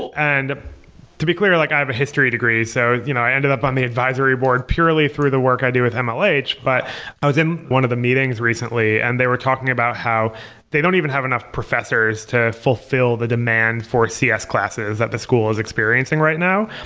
and to be clear, like i have a history degree. so you know i ended up on the advisory board purely through the work i do with mlh. but i was in one of the meetings recently and they were talking about how they don't even have enough professors to fulfill the demand for cs classes that the school is experiencing right now.